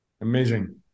Amazing